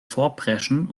vorpreschen